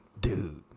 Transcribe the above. Dude